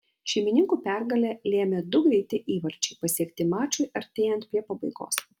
šeimininkų pergalę lėmė du greiti įvarčiai pasiekti mačui artėjant prie pabaigos